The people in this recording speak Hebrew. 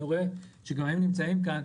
ואני רואה שנציגיהם נמצאים כאן,